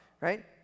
right